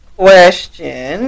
question